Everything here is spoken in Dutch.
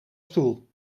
stoel